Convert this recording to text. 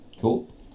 Cool